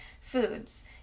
foods